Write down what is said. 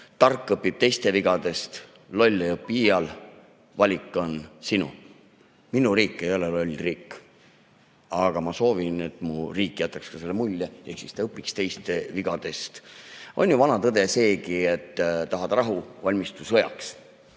tark õpib teiste vigadest, loll ei õpi iial, valik on sinu. Minu riik ei ole loll riik. Aga ma soovin, et mu riik jätaks ka selle mulje ehk siis ta õpiks teiste vigadest. On ju vana tõde seegi, et tahad rahu, valmistu sõjaks.